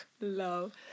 Love